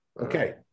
Okay